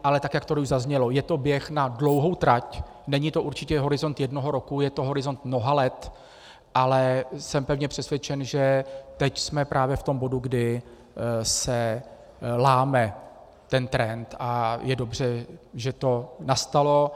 Ale jak tady už zaznělo, je to běh na dlouhou trať, není to určitě horizont jednoho roku, je to horizont mnoha let, ale jsem pevně přesvědčen, že teď jsme právě v tom bodu, kdy se láme ten trend, a je dobře, že to nastalo.